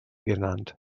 genannt